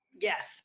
Yes